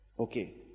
Okay